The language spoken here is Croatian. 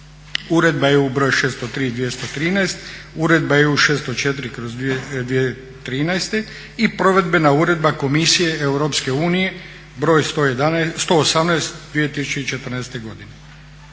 Uredba EU br. 603/213, Uredba EU 604/2013 i Provedbena uredba Komisije Europske unije br. 118/2014. godine.